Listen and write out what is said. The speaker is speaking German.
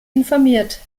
informiert